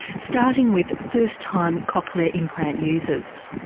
starting with first-time cochlear implant users.